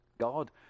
God